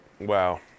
Wow